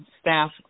staff